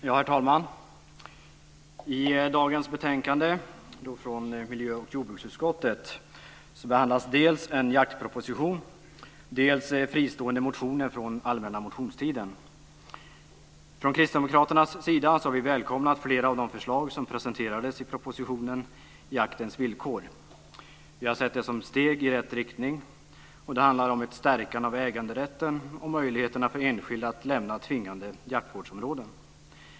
Herr talman! I dagens betänkande från miljö och jordbruksutskottet behandlas dels en jaktproposition, dels fristående motioner från allmänna motionstiden. Från kristdemokraternas sida har vi välkomnat flera av de förslag som presenterades i propositionen Jaktens villkor. Vi har sett dem som steg i rätt riktning. Det handlar om ett stärkande av äganderätten och möjligheterna för enskilda att lämna tvingande jaktvårdsområden.